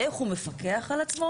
ואיך הוא מפקח על עצמו?